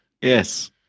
Yes